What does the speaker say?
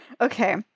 Okay